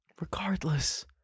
regardless